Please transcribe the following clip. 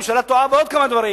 הממשלה טועה בעוד כמה דברים,